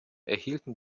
erhielten